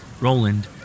Roland